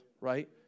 right